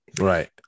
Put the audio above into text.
Right